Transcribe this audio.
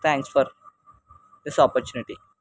thanks for this opportunity